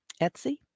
Etsy